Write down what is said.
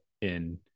in-